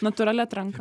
natūrali atranka